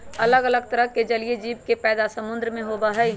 अलग तरह के जलीय जीव के पैदा समुद्र में होबा हई